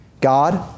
God